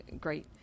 Great